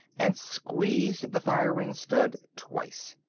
and squeezed the firing stud twice.